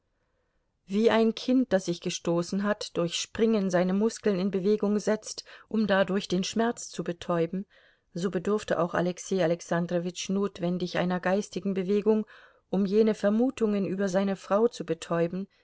wie ein kind das sich gestoßen hat durch springen seine muskeln in bewegung setzt um dadurch den schmerz zu betäuben so bedurfte auch alexei alexandrowitsch notwendig einer geistigen bewegung um jene vermutungen über seine frau zu betäuben